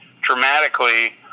dramatically